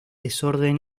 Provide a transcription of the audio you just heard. desorden